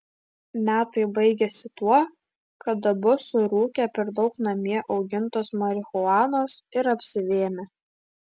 metai baigėsi tuo kad abu surūkė per daug namie augintos marihuanos ir apsivėmė